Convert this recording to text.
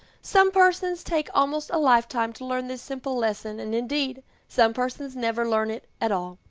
some persons take almost a lifetime to learn this simple lesson, and indeed some persons never learn it at all.